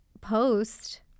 post